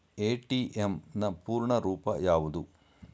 ATM ನ ಪೂರ್ಣ ರೂಪ ಯಾವುದು?